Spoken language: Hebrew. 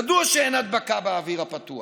ידוע שאין הדבקה באוויר הפתוח.